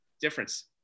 difference